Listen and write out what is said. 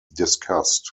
discussed